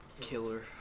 Killer